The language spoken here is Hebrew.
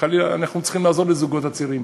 חלילה, אנחנו צריכים לעזור לזוגות הצעירים.